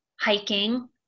hiking